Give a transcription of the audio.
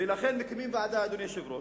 ולכן מקימים ועדה, אדוני היושב-ראש.